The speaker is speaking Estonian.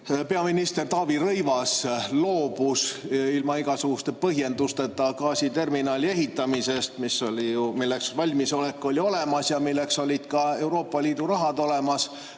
peaminister Taavi Rõivas loobus ilma igasuguste põhjendusteta gaasiterminali ehitamisest, milleks valmisolek oli olemas ja milleks oli ka Euroopa Liidu raha olemas.